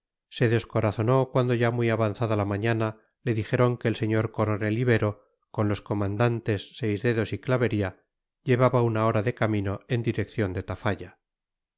se descorazonó cuando ya muy avanzada la mañana le dijeron que el señor coronel ibero con los comandantes seisdedos y clavería llevaba una hora de camino en dirección de tafalla